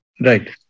Right